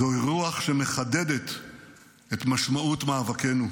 זוהי רוח שמחדדת את משמעות מאבקנו.